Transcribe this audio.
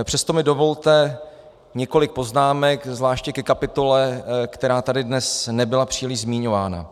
Přesto mi dovolte několik poznámek, zvláště ke kapitole, která tady dnes nebyla příliš zmiňována.